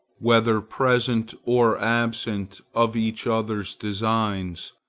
whether present or absent, of each other's designs.